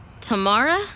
Tamara